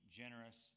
generous